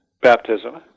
baptism